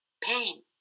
Pain